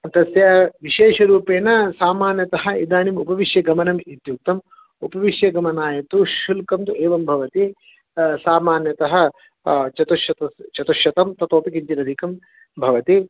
तस्य विशेषरूपेण सामान्यतः इदानीम् उपविश्य गमनम् इत्युक्तम् उपविश्य गमनाय तु शुल्कं तु एवं भवति सामान्यतः चतुश्शत चतुश्शतं ततोपि किञ्चिदधिकं भवति